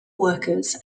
workers